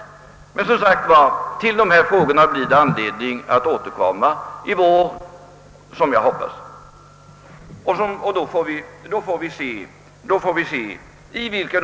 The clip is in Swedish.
Till dessa frågor blir det som sagt anledning att återkomma, jag hoppas redan i vår.